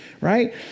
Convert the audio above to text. Right